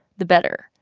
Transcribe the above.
the better.